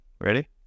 Ready